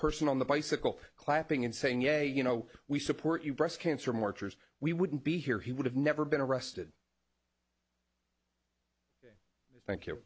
person on the bicycle clapping and saying yeah you know we support you breast cancer marchers we wouldn't be here he would have never been arrested thank you